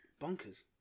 Bonkers